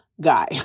guy